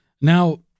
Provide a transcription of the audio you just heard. Now